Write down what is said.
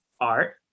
art